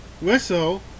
Whistle